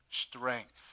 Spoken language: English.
Strength